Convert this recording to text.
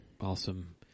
awesome